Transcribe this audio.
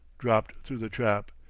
dropped through the trap.